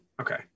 okay